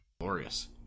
glorious